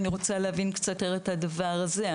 רוצה להבין קצת יותר את הדבר הזה,